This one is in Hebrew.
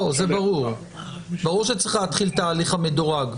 ברור שצריך להתחיל את ההליך המדורג.